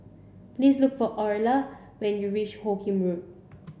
please look for Oralia when you reach Hoot Kiam Road